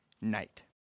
night